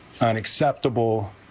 unacceptable